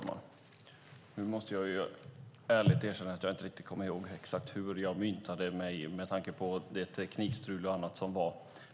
Herr talman! Jag måste ärligt erkänna att jag inte kommer ihåg exakt hur jag formulerade mig, med tanke på det teknikstrul och annat som var.